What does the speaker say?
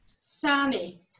Sammy